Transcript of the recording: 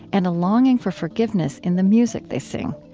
and a longing for forgiveness in the music they sing.